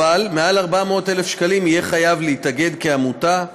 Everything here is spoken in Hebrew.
אבל מעל 400,000 שקלים הוא יהיה חייב להתאגד כעמותה,